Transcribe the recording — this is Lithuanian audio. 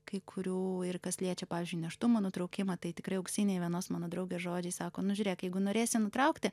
kai kurių ir kas liečia pavyzdžiui nėštumo nutraukimą tai tikrai auksiniai vienos mano draugės žodžiai sako nu žiūrėk jeigu norėsi nutraukti